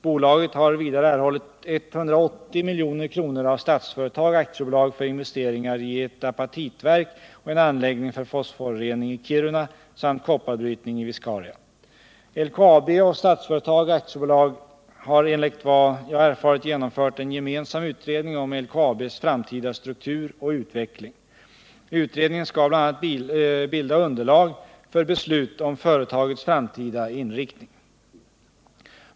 Bolaget har vidare erhållit 180 milj.kr. av Statsföretag AB för investeringar i ett apatitverk och en anläggning för fosforrening i Kiruna samt kopparbrytning i Viscaria. LKAB och Statsföretag AB har enligt vad jag erfarit genomfört en gemensam utredning om LKAB:s framtida struktur och utveckling. Utredningen skall bl.a. bilda underlag för beslut om företagets framtida inriktning.